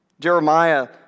Jeremiah